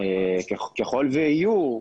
ככל שיהיו,